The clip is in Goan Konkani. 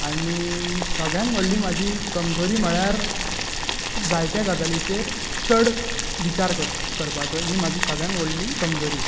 आनी सगळ्यांत व्हडली म्हजी कमजोरी म्हळ्यार जायते गजालींचेर चड विचार करपाचो ही म्हाजी सगळ्यांत व्हडली कमजोरी